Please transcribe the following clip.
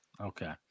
Okay